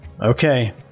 okay